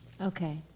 Okay